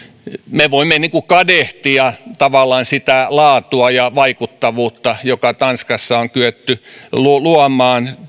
me voimme kadehtia tavallaan sitä laatua ja vaikuttavuutta joka tanskassa on kyetty luomaan